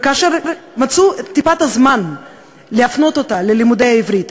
וכאשר מצאו את טיפת הזמן להפנות אותה ללימודי העברית,